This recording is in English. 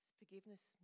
forgiveness